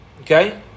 Okay